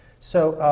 so,